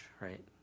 right